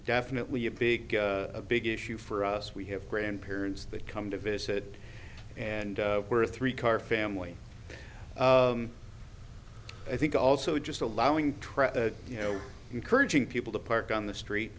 definitely a big big issue for us we have grandparents that come to visit and we're three car family i think also just allowing truck you know encouraging people to park on the street